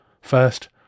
First